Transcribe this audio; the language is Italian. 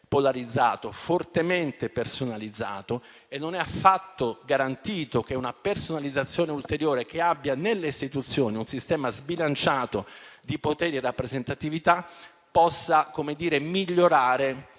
polarizzato, fortemente personalizzato, e non è affatto garantito che una personalizzazione ulteriore, che abbia nelle istituzioni un sistema sbilanciato di poteri e rappresentatività, possa migliorare